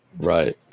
Right